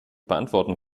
beantworten